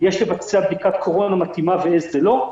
יש לבצע בדיקת קורונה מתאימה ואיזה לא.